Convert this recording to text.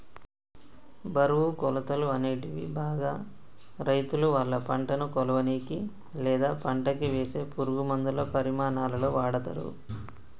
బరువు, కొలతలు, అనేటివి బాగా రైతులువాళ్ళ పంటను కొలవనీకి, లేదా పంటకివేసే పురుగులమందుల పరిమాణాలలో వాడతరు